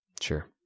Sure